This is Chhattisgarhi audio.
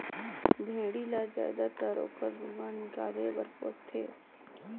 भेड़ी ल जायदतर ओकर रूआ निकाले बर पोस थें